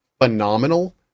phenomenal